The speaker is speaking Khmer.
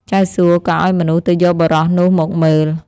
ចៅសួក៏ឱ្យមនុស្សទៅយកបុរសនោះមកមើល។